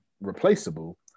replaceable